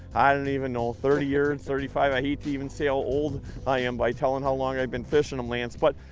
i don't even know. thirty years, thirty five years. i hate to even say how old i am by telling how long i've been fishing them, lance. but